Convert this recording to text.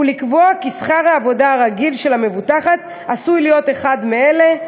ולקבוע כי שכר העבודה הרגיל של המבוטחת עשוי להיות אחד מאלה: